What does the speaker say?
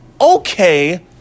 okay